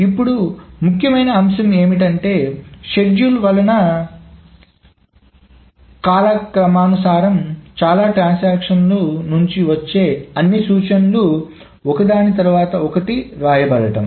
ఇప్పుడు ముఖ్యమైన అంశం ఏమిటంటేషెడ్యూల్ వలన కాలక్రమానుసారం చాలా ట్రాన్సాక్షన్ల నుంచి వచ్చే అన్ని సూచనలు ఒకదాని తర్వాత ఒకటి వ్రాయబడటం